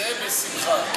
את זה, בשמחה.